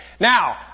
Now